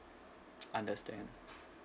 understand